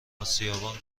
آسیابان